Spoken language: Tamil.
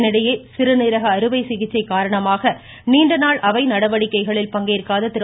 இதனிடையே சிறுநீரக அறுவை சிகிச்சை காரணமாக நீண்ட நாள் அவை நடவடிக்கைகளில் பங்கேற்காத திரு